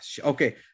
Okay